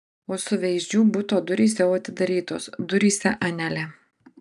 o suveizdžių buto durys jau atidarytos duryse anelė